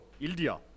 India